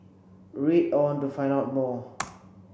read on to find out more